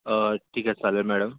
ठीक आहे चालेल मॅडम